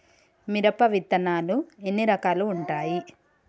మిరప విత్తనాలు ఎన్ని రకాలు ఉంటాయి?